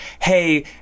Hey